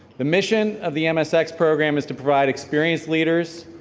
the mission of the msx program is to provide experienced leaders,